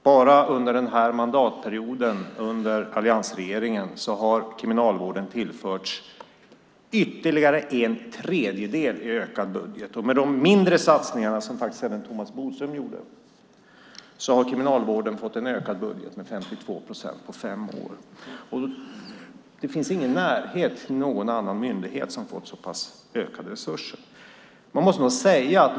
Bara under den här mandatperioden under alliansregeringen har Kriminalvården tillförts ytterligare en tredjedel i ökad budget. Med de mindre satsningar som Thomas Bodström gjorde har Kriminalvården fått budgeten ökad med 52 procent på fem år. Det finns ingen närhet till någon annan myndighet som skulle få en så pass stor ökning av resurserna.